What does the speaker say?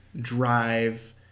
drive